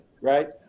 right